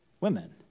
women